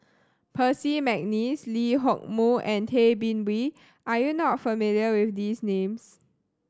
Percy McNeice Lee Hock Moh and Tay Bin Wee are you not familiar with these names